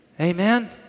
Amen